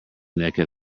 naked